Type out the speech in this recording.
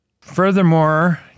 furthermore